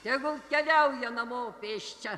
tegul keliauja namo pėsčia